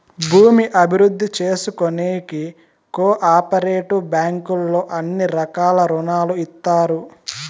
భూమి అభివృద్ధి చేసుకోనీకి కో ఆపరేటివ్ బ్యాంకుల్లో అన్ని రకాల రుణాలు ఇత్తారు